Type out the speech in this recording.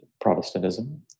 Protestantism